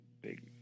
big